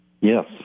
Yes